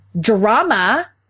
drama